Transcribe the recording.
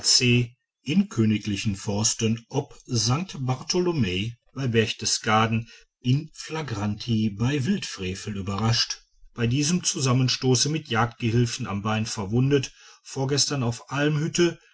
in königlichen forsten ob st bartholomä bei berchtesgaden in flagranti bei wildfrevel überrascht bei diesem zusammenstoß mit jagdgehilfen am bein verwundet vorgestern auf almhütte